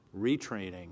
retraining